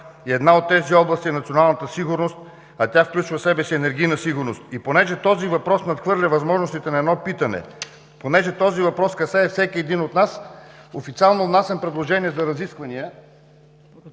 Една от тези области е националната сигурност, а тя включва в себе си енергийната сигурност и понеже този въпрос надхвърля възможностите на едно питане, понеже този въпрос касае всеки един от нас, официално внасям предложение за разисквания